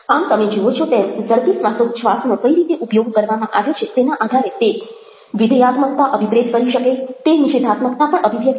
આમ તમે જુઓ છો તેમ ઝડપી શ્વાસોચ્છવાસનો કઈ રીતે ઉપયોગ કરવામાં આવ્યો છે તેના આધારે તે વિધેયાત્મકતા અભિપ્રેત કરી શકે તે નિષેધાત્મકતા પણ અભિવ્યક્ત કરી શકે